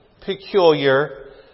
peculiar